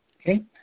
Okay